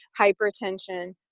hypertension